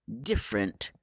different